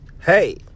Hey